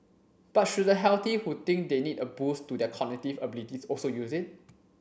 but should the healthy who think they need a boost to their cognitive abilities also use it